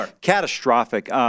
Catastrophic